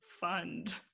fund